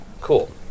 cool